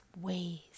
ways